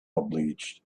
obliged